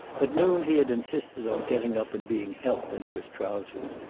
at noon he had insisted on getting up and being helped into his trousers.